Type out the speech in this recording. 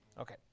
Okay